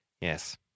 yes